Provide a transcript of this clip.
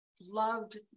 loved